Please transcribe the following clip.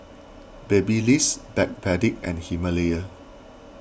Babyliss Backpedic and Himalaya